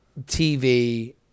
TV